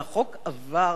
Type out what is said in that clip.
והחוק עבר,